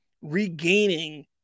regaining